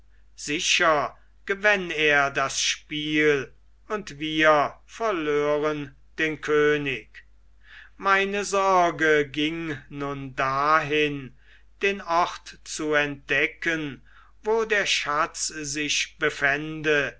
sicher gewänn er das spiel und wir verlören den könig meine sorge ging nun dahin den ort zu entdecken wo der schatz sich befände